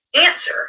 Answer